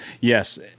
Yes